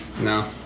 no